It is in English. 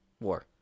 War